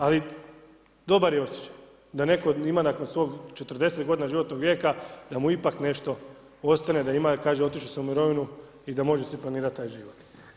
Ali dobar je osjećaj da netko od ima nakon svog 40 g. životnog vijeka, da mu ipak nešto ostane, da ima, kaže otišao sam u mirovinu i da može si planirat taj život.